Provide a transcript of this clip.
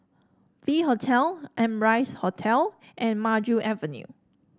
V Hotel Amrise Hotel and Maju Avenue